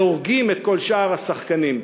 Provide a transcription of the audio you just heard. והורגים את כל שאר השחקנים.